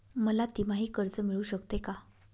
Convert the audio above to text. मला तिमाही कर्ज मिळू शकते का?